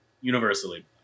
universally